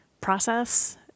process